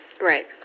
Right